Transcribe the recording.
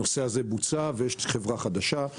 הנושא הזה בוצע, ויש חברה חדשה.